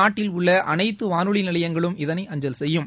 நாட்டில் உள்ள அனைத்து வானொலி நிலையங்களும் இதனை அஞ்சல் செய்யும்